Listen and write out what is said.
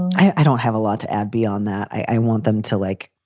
i don't have a lot to add beyond that. i want them to, like,